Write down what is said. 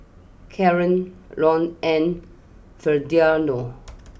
Kaaren Lon and Ferdinand